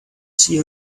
see